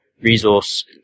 resource